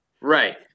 Right